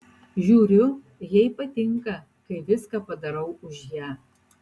žiūriu jai patinka kai viską padarau už ją